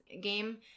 game